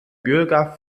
bürger